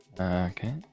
okay